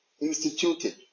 instituted